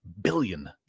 billion